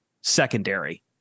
secondary